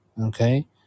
Okay